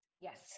yes